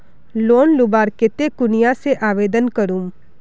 Loan लुबार केते कुनियाँ से आवेदन करूम?